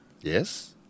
Yes